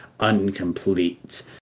incomplete